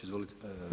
Izvolite.